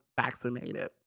vaccinated